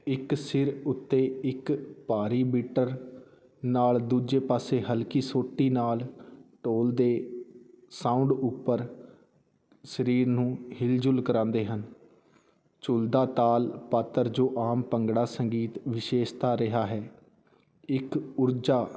ਇੱਕ ਸਿਰ ਉੱਤੇ ਇੱਕ ਭਾਰੀ ਬੀਟਰ ਨਾਲ ਦੂਜੇ ਪਾਸੇ ਹਲਕੀ ਸੋਟੀ ਨਾਲ ਢੋਲ ਦੇ ਸਾਊਂਡ ਉੱਪਰ ਸਰੀਰ ਨੂੰ ਹਿਲਜੁਲ ਕਰਾਉਂਦੇ ਹਨ ਝੂਲਦਾ ਤਾਲ ਪਾਤਰ ਜੋ ਆਮ ਭੰਗੜਾ ਸੰਗੀਤ ਵਿਸ਼ੇਸ਼ਤਾ ਰਿਹਾ ਹੈ ਇੱਕ ਊਰਜਾ